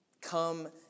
Come